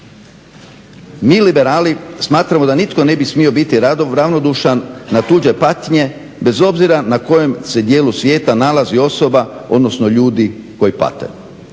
Mi liberali smatramo da nitko ne bi smio biti ravnodušan na tuđe patnje, bez obzira na kojem se dijelu svijeta nalazi osoba, odnosno ljudi koji pate.